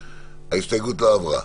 ההסתייגות לא עברה.